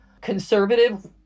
conservative